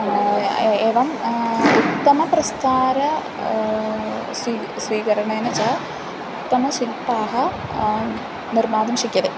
ए एवम् उत्तमप्रस्तारः स्वी स्वीकरणेन च उत्तमशिल्पाः निर्मातुं शक्यते